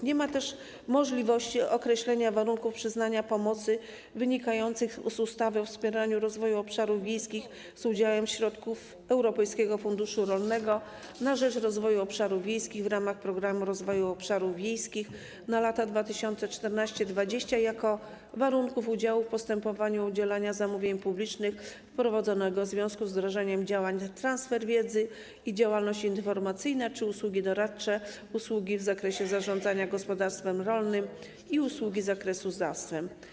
Nie ma też możliwości określenia warunków przyznania pomocy wynikających z ustawy o wspieraniu rozwoju obszarów wiejskich z udziałem środków Europejskiego Funduszu Rolnego na rzecz Rozwoju Obszarów Wiejskich w ramach Programu Rozwoju Obszarów Wiejskich na lata 2014-2020 jako warunków udziału w postępowaniu o udzielanie zamówienia publicznego wprowadzonego w związku z wdrażaniem działań: transfer wiedzy i działalność informacyjna oraz usługi doradcze, usługi z zakresu zarządzania gospodarstwem rolnym i usługi z zakresu zastępstw.